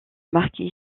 marquis